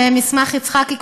על מסמך יצחקי,